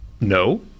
No